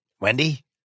Wendy